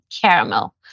caramel